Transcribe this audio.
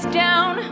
down